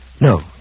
No